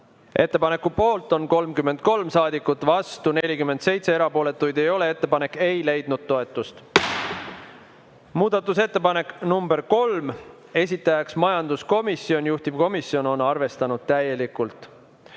Ettepaneku poolt on 33 saadikut, vastu 48, erapooletuid ei ole. Ettepanek ei leidnud toetust.11. muudatusettepanek, esitaja majanduskomisjon, juhtivkomisjon on arvestanud täielikult.